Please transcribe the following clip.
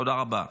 תודה רבה.